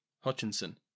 Hutchinson